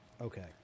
Okay